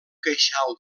queixal